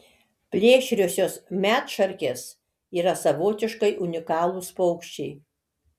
plėšriosios medšarkės yra savotiškai unikalūs paukščiai